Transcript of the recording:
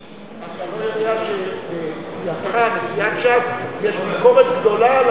אתה לא יודע שלסיעת ש"ס יש ביקורת גדולה על